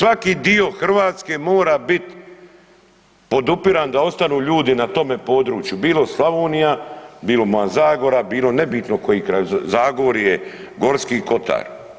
Svaki dio Hrvatske mora biti podupiran da ostanu ljudi na tome području, bilo Slavonija, bilo moja Zagora, bilo nebitno koji kraj Zagorje, Gorski kotar.